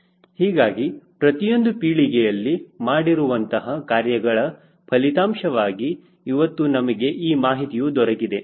ಹೀಗಾಗಿ ಪ್ರತಿಯೊಂದು ಪೀಳಿಗೆಯಲ್ಲಿ ಮಾಡಿರುವಂತಹ ಕಾರ್ಯಗಳ ಫಲಿತಾಂಶವಾಗಿ ಇವತ್ತು ನಮಗೆ ಈ ಮಾಹಿತಿಯು ದೊರಕಿದೆ